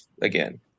again